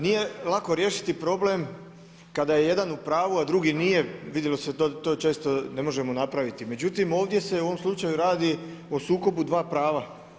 Nije lako riješiti problem kada je jedan u pravu, a drugi nije vidjelo se to često ne možemo napraviti, međutim ovdje se u ovom slučaju radi o sukobu dva prava.